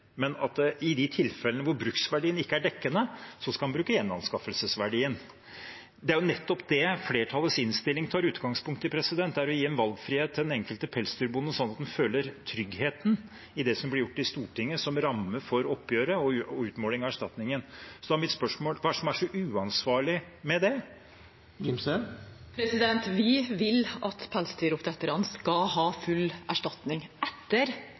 men at i de tilfellene der bruksverdien ikke er dekkende, skal en bruke gjenanskaffelsesverdien. Det er jo nettopp det flertallets innstilling tar utgangspunkt i, å gi en valgfrihet til den enkelte pelsdyrbonde, slik at vedkommende føler tryggheten i det som blir gjort i Stortinget, som ramme for oppgjøret og utmåling av erstatningen. Da er mitt spørsmål: Hva er det som er så uansvarlig med det? Vi vil at pelsdyroppdretterne skal ha full erstatning etter